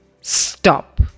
Stop